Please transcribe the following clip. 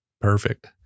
Perfect